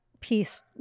piece